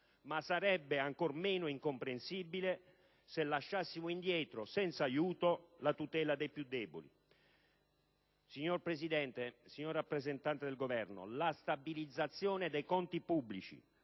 E sarebbe ancor meno comprensibile se lasciassimo indietro, senza aiuto, la tutela dei più deboli. Signora Presidente, signor rappresentante del Governo, la stabilizzazione dei conti pubblici